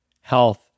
Health